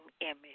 image